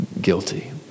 guilty